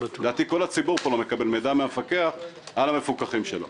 לדעתי כל הציבור פה לא מקבל מידע מהמפקח על המפוקחים שלו.